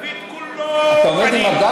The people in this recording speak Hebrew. דוד הוא כולו פנים.